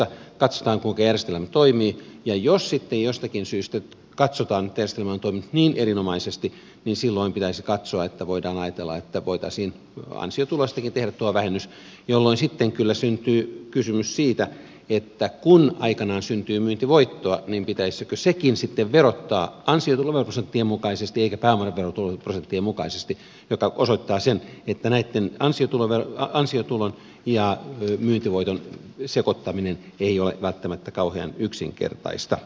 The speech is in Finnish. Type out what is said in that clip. katsotaan kuinka järjestelmä toimii ja jos sitten jostakin syystä katsotaan että järjestelmä on toiminut niin erinomaisesti niin silloin pitäisi katsoa että voidaanko ajatella että voitaisiin ansiotuloistakin tehdä tuo vähennys jolloin sitten kyllä syntyy kysymys siitä että kun aikanaan syntyy myyntivoittoa niin pitäisikö sekin sitten verottaa ansiotuloveroprosenttien mukaisesti eikä pääomaverotuloprosenttien mukaisesti mikä osoittaa sen että näitten ansiotulon ja myyntivoiton sekoittaminen ei ole välttämättä kauhean yksinkertaista